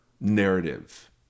narrative